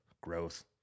growth